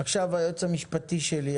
היועץ המשפטי שלי,